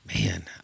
man